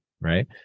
right